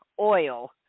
oil